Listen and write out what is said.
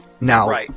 Now